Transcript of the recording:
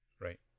Right